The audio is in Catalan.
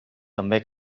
també